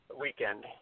weekend